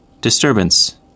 Disturbance